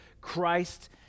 Christ